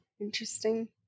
Interesting